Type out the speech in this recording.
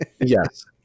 Yes